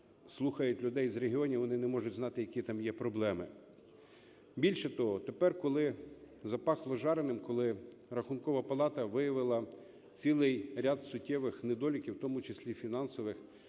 слухають людей з регіонів, вони не можуть знати, які там є проблеми. Більше того, тепер, коли "запахло жареним", коли Рахункова палата виявила цілий ряд суттєвих недоліків, в тому числі фінансових,